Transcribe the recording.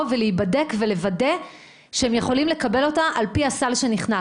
להיבדק ולוודא שהם יכולים לקבל אותה על פי הסל שנכנס?